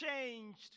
changed